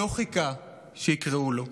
לא חיכה שיקראו לו.